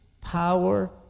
power